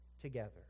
together